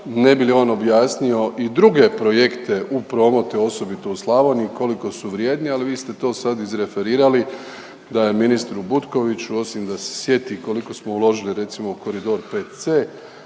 ne bi li on objasnio i druge projekte u prometu osobito u Slavoniji, koliko su vrijedni ali vi ste to sad izreferirali da je ministru Butković osim da se sjeti koliko smo uložili recimo u koridor 5C,